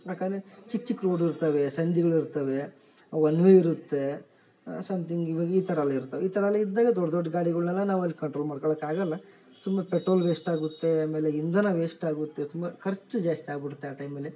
ಯಾಕಂದರೆ ಚಿಕ್ಕ ಚಿಕ್ಕ ರೋಡ್ ಇರ್ತವೆ ಸಂಧಿಗಳಿರ್ತವೆ ಒನ್ವೇ ಇರುತ್ತೆ ಸಂಥಿಂಗ್ ಇವಾಗ ಈ ಥರ ಅಲ್ಲ ಇರ್ತಾವೆ ಈ ಥರ ಅಲ್ಲ ಇದ್ದವೇ ದೊಡ್ಡ ದೊಡ್ಡ ಗಾಡಿಗಳ್ನೆಲ್ಲ ನಾವಲ್ಲಿ ಕಂಟ್ರೋಲ್ ಮಾಡ್ಕೊಳ್ಳೊಕ್ ಆಗೊಲ್ಲ ಸುಮ್ಮನೆ ಪೆಟ್ರೋಲ್ ವೇಸ್ಟ್ ಆಗುತ್ತೆ ಆಮೇಲೆ ಇಂಧನ ವೇಸ್ಟ್ ಆಗುತ್ತೆ ತುಂಬ ಖರ್ಚ್ ಜಾಸ್ತಿ ಆಗ್ಬುಡತ್ತೆ ಆ ಟೈಮಲ್ಲಿ